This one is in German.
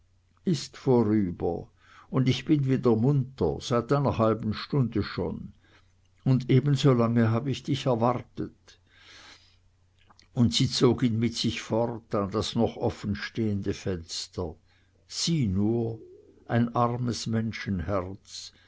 ist vorüber und ich bin wieder munter seit einer halben stunde schon und ebensolange hab ich dich erwartet und sie zog ihn mit sich fort an das noch offenstehende fenster sieh nur ein armes menschenherz